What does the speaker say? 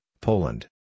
Poland